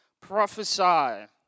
prophesy